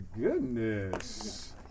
goodness